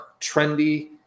trendy